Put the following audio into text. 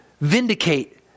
Vindicate